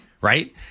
right